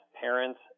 parents